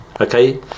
Okay